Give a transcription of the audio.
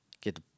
Get